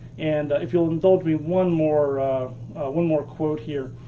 and if you'll indulge me one more one more quote here.